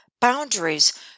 boundaries